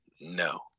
no